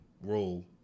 role